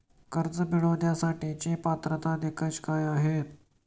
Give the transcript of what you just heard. कर्ज मिळवण्यासाठीचे पात्रता निकष काय आहेत?